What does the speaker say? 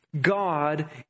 God